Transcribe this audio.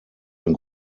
ein